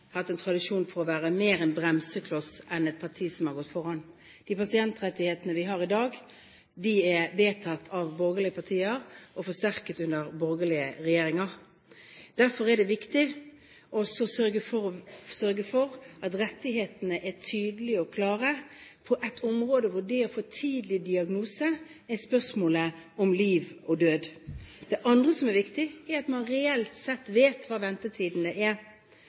hatt en tradisjon for å være mer en bremsekloss enn et parti som har gått foran. De pasientrettighetene vi har i dag, er vedtatt av borgerlige partier og forsterket under borgerlige regjeringer. Derfor er det viktig å sørge for at rettighetene er tydelige og klare på et område hvor det å få tidlig diagnose er et spørsmål om liv eller død. Det andre som er viktig, er at man reelt sett vet hva ventetidene er.